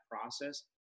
process